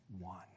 one